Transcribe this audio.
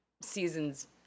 seasons